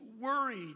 worried